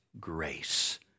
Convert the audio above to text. grace